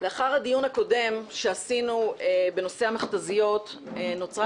לאחר הדיון הקודם שעשינו בנושא המכת"זיות נוצרה